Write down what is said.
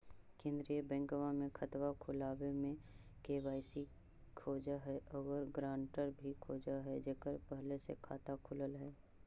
केंद्रीय बैंकवा मे खतवा खोलावे मे के.वाई.सी खोज है और ग्रांटर भी खोज है जेकर पहले से खाता खुलल है?